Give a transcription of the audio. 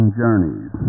journeys